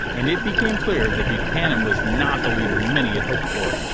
and it became clear that buchanan was not the leader many had hoped for.